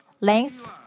length